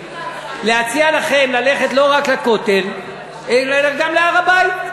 להציע לכם ללכת לא רק לכותל אלא גם להר-הבית,